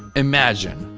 imagine,